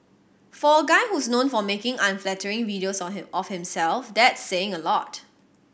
for a guy who's known for making unflattering videos or him of himself that's saying a lot